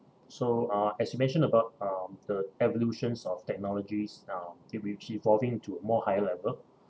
so uh as you mentioned about uh the evolutions of technologies now in which evolving to more higher level